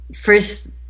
first